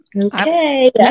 Okay